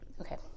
Okay